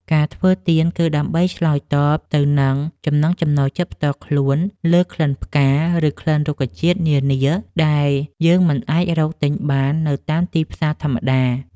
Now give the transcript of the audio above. ការធ្វើទៀនគឺដើម្បីឆ្លើយតបទៅនឹងចំណង់ចំណូលចិត្តផ្ទាល់ខ្លួនលើក្លិនផ្កា ឬក្លិនរុក្ខជាតិនានាដែលយើងមិនអាចរកទិញបាននៅតាមទីផ្សារធម្មតា។